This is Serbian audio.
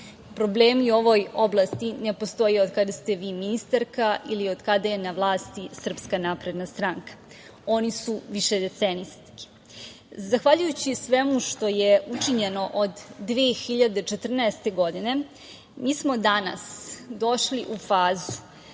Problemi u ovoj oblasti ne postoje od kad ste vi ministarka ili od kada je na vlasti SNS, oni su višedecenijski. Zahvaljujući svemu što je učinjeno od 2014. godine, mi smo danas došli u fazu